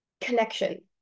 connection